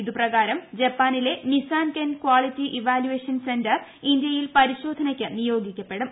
ഇതുപ്രകാരം ജപ്പാനിലെ Nissenken quality evaluation centre ഇന്ത്യയിൽ പരിശോധനക്ക് നിയോഗിക്കപ്പെടും